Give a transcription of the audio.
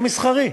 מסחרי.